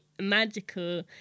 magical